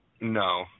No